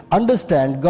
Understand